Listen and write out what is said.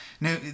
Now